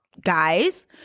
guys –